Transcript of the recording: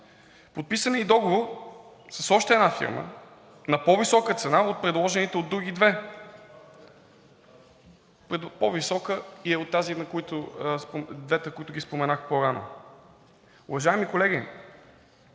Подписан е и договор с още една фирма на по-висока цена от предложените от други две, по-висока и от двете, които споменах по-рано. Уважаеми колеги,